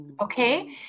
okay